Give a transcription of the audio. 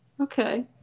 Okay